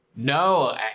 No